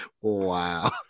Wow